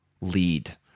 lead